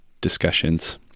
discussions